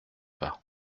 pas